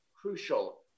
crucial